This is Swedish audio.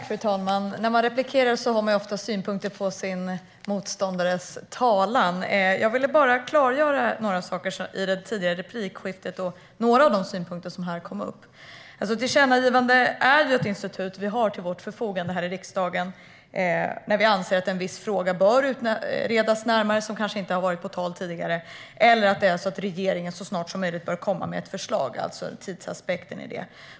Fru talman! När man tar replik har man oftast synpunkter på sin motståndares anförande. Jag ville bara klargöra några saker i det tidigare replikskiftet och några av de synpunkter som här kom upp. Tillkännagivande är ett institut vi har till vårt förfogande här i riksdagen när vi anser att en viss fråga bör utredas närmare men som inte har varit på tal tidigare. Det kan också handla om att regeringen så snart som möjligt bör komma med ett förslag, alltså tidsaspekten i det.